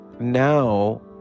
now